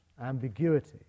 ambiguity